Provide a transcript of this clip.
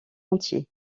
entier